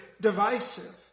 divisive